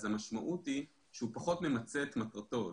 המשמעות היא שהוא פחות מנצל את מטרתו,